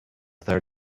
their